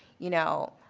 you know,